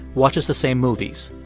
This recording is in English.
watches the same movies.